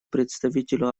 представителю